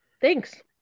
thanks